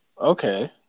okay